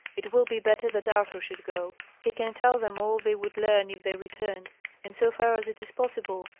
it will be better that arthur should go. he can tell them all they would learn if they returned and so far as it is possible,